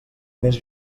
més